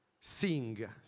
sing